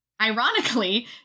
Ironically